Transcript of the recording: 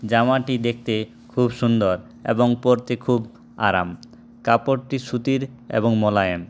জামাটি দেখতে খুব সুন্দর এবং পরতে খুব আরাম কাপড়টি সুতির এবং মোলায়েম